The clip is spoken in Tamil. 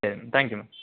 சரி மேம் தேங்க் யூ மேம்